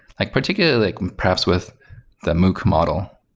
like particularly like perhaps with the mooc model.